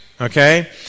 Okay